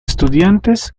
estudiantes